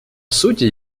сути